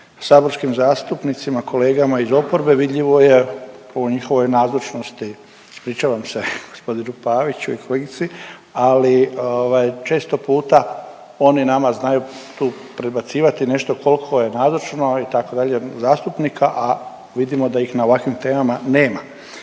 saborskim zastupnicima, kolegama iz oporbe, vidljivo je u njihovoj nazočnosti. Ispričavam se g. Paviću i kolegici, ali ovaj često puta oni nama znaju tu predbacivati nešto koliko je nazočno itd. zastupnika, a vidimo da ih na ovakvim temama nema.